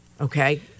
okay